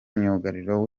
myugariro